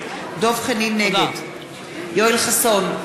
נגד יואל חסון,